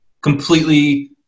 completely –